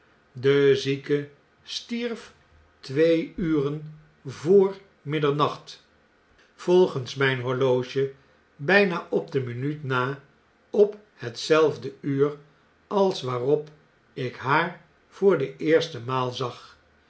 de zieke stierf twee uren vr middernacht volgens mijn horloge bflna op de minuut na op het hetzelfde uur als waarop ik haar voor de eerste maal zag